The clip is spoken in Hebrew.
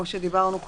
כמו שדיברנו קודם,